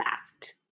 asked